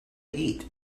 eat